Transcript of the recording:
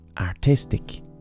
artistic